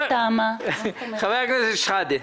חבר הכנסת שחאדה,